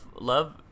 love